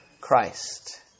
Christ